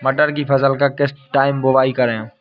मटर की फसल का किस टाइम बुवाई करें?